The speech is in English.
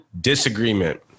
disagreement